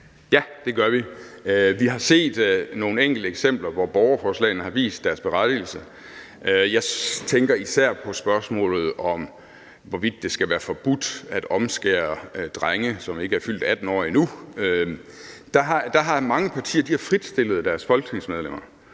Ja, det gør vi. Vi har set nogle enkelte eksempler, hvor borgerforslagene har vist deres berettigelse. Jeg tænker især på spørgsmålet om, hvorvidt det skal være forbudt at omskære drenge, som ikke er fyldt 18 år endnu. Der har mange partier fritstillet deres folketingsmedlemmer,